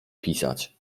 pisać